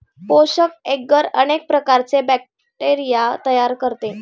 पोषक एग्गर अनेक प्रकारचे बॅक्टेरिया तयार करते